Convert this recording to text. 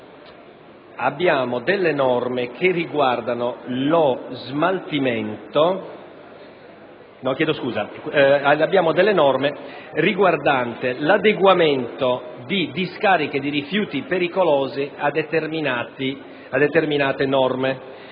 6 ci sono norme riguardanti l'adeguamento di discariche di rifiuti pericolosi a determinate norme.